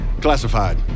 Classified